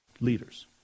leaders